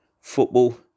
football